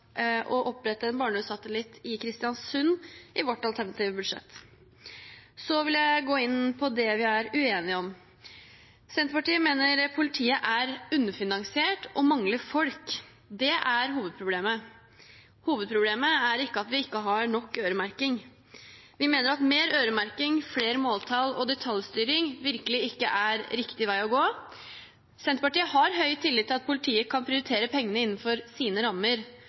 å opprette en barnehussatellitt i Kristiansund i sitt alternative budsjett. Så vil jeg gå inn på det vi er uenige om. Senterpartiet mener politiet er underfinansiert og mangler folk. Det er hovedproblemet – hovedproblemet er ikke at vi ikke har nok øremerking. Vi mener at mer øremerking, flere måltall og detaljstyring virkelig ikke er riktig vei å gå. Senterpartiet har høy tillit til at politiet kan prioritere pengene innenfor sine rammer.